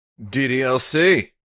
DDLC